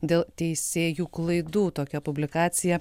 dėl teisėjų klaidų tokia publikacija